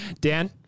Dan